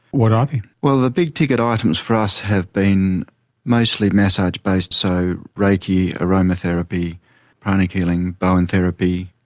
what are they? well the big ticket items for us have been mostly massage based, so reiki, aromatherapy, pranic healing, bowen therapy,